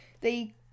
they-